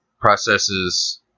processes